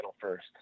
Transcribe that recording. first